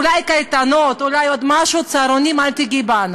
אולי קייטנות, אולי עוד משהו, בצהרונים, אל תיגעי.